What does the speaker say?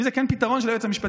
אם זה כן פתרון של היועץ המשפטי,